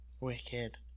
Wicked